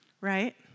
right